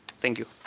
thank you.